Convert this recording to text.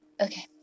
Okay